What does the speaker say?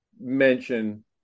mention